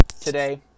today